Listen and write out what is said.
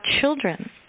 children